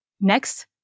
Next